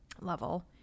level